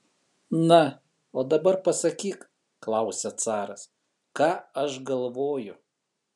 na o dabar pasakyk klausia caras ką aš galvoju